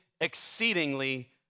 exceedingly